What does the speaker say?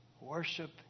worship